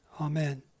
Amen